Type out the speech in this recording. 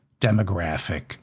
demographic